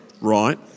right